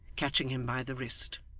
catching him by the wrist,